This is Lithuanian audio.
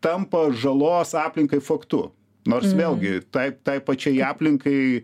tampa žalos aplinkai faktu nors vėlgi tai tai pačiai aplinkai